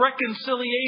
reconciliation